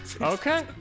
okay